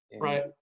right